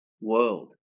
world